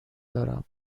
دارم